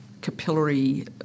capillary